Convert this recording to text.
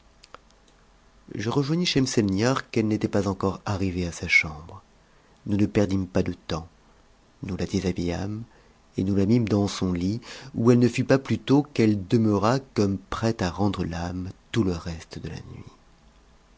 je rejoignis schemselnihar qu'ehe n'était pas encore arrivée a sa chambre nous ne perdîmes pas de temps nous la déshabillâmes et nous la mimes dans son lit où e e ne fut pas plus tôt qu'elle demeura comme prête à rendre l'âme tout le reste de la nuit